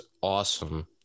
awesome